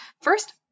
First